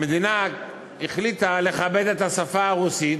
המדינה החליטה לכבד את השפה הרוסית